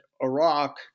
Iraq